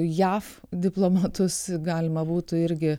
jav diplomatus galima būtų irgi